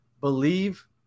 believe